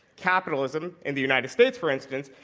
capitalism in the united states, for instance,